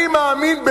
אני מאמין,